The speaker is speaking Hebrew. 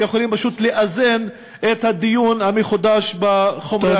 שיכולים פשוט לאזן את הדיון המחודש בחומר הלימוד.